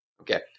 Okay